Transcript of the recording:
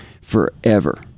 forever